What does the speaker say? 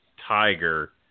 tiger